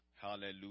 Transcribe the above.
Hallelujah